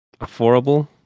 affordable